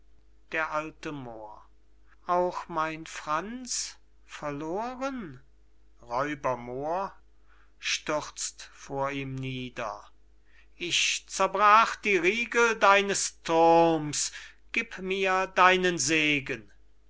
d a moor auch mein franz verloren r moor stürzt vor ihm nieder ich zerbrach die riegel deines thurms gib mir deinen segen